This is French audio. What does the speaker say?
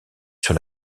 sur